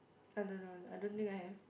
I don't know I don't think I have